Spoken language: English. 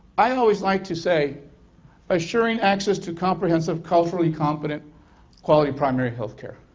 i always like to say assuring access to comprehensive culturally competent quality primary health care,